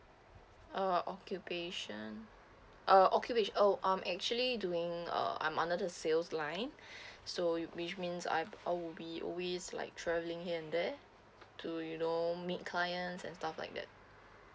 uh occupation uh occupation oh I'm actually doing uh I'm under the sales line so which means I would be always like travelling here and there to you know meet clients and stuff like that